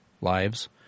lives